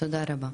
תודה רבה.